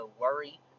worry